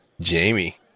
Jamie